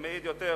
זה מעיד יותר